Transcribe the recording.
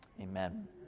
Amen